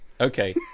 Okay